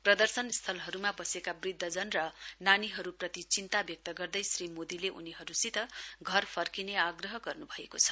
प्रदर्शन स्थलहरूमा बसेका वृद्धजन र नानीहरूप्रति चिन्ता व्यक्त गर्दै श्री मोदीले उनीहरूसित घर फर्किने आग्रह गर्नुभएको छ